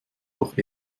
doch